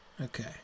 Okay